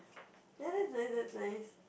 then after that's nice